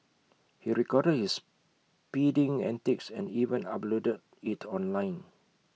he recorded his speeding antics and even uploaded IT online